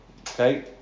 Okay